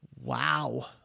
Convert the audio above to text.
Wow